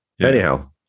anyhow